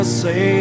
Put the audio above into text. say